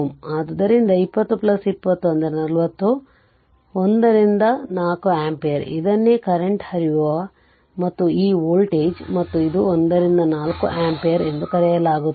ಆದ್ದರಿಂದ 20 20 ಆದ್ದರಿಂದ 40 ಅಂದರೆ 1 ರಿಂದ 4 ಆಂಪಿಯರ್ ಇದನ್ನೇ ಕರೆಂಟ್ ಹರಿಯುವ ಮತ್ತು ಈ ವೋಲ್ಟೇಜ್ ಮತ್ತು ಇದು 1 ರಿಂದ 4 ಆಂಪಿಯರ್ ಎಂದು ಕರೆಯಲಾಗುತ್ತದೆ